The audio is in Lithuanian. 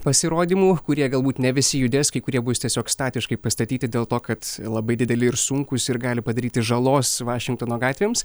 pasirodymų kurie galbūt ne visi judės kai kurie bus tiesiog statiškai pastatyti dėl to kad labai dideli ir sunkūs ir gali padaryti žalos vašingtono gatvėms